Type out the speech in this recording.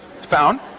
found